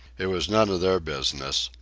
it was none of their business.